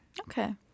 Okay